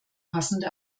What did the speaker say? passende